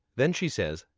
then, she says,